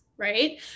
right